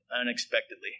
unexpectedly